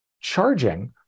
charging